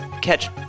catch